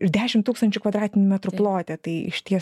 ir dešim tūkstančių kvadratinių metrų plote tai išties